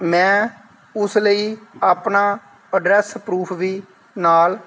ਮੈਂ ਉਸ ਲਈ ਆਪਣਾ ਐਡਰੈਸ ਪਰੂਫ ਵੀ ਨਾਲ